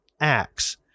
acts